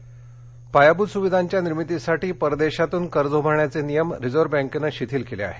RBI ECB पायाभूत सुविधांच्या निर्मितीसाठी परदेशातून कर्ज उभारण्याचे नियम रिझर्व बँकेनं शिथिल केले आहेत